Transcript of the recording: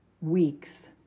Weeks